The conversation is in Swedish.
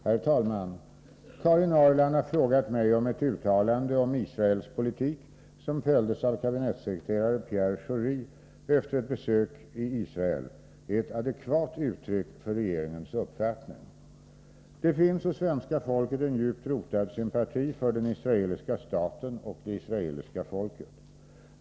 Herr talman! Karin Ahrland har frågat mig, om ett uttalande om Israels politik som fälldes av kabinettssekreterare Pierre Schori efter ett besök i Israel är ett adekvat uttryck för regeringens uppfattning. Det finns hos svenska folket en djupt rotad sympati för den israeliska staten och det israeliska folket.